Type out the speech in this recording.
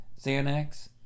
Xanax